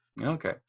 Okay